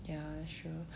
ya sure